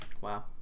Wow